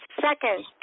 second